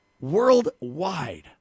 worldwide